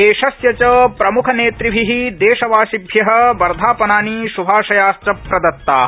देशस्य च प्रम्खनेतृभि देशवासिभ्य वर्धापनानि श्भाशयाश्च प्रदत्ता